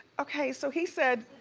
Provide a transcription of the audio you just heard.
okay, so he said,